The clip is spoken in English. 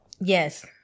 Yes